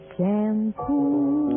Shampoo